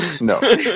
no